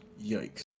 Yikes